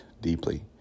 deeply